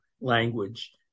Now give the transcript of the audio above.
language